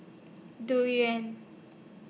Durian